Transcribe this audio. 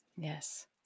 Yes